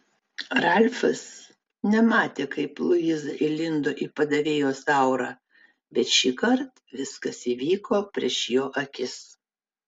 ralfas nematė kaip luiza įlindo į padavėjos aurą bet šįkart viskas įvyko prieš jo akis